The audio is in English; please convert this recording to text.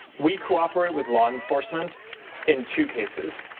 we cooperate with law enforcement in two cases.